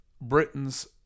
Britain's